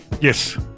Yes